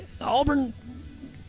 Auburn